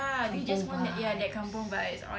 kampung vibes